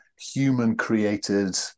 human-created